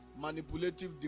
manipulative